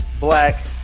Black